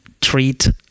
treat